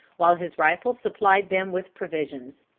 while his rifle supplied them with provisions.